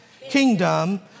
kingdom